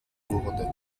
wurde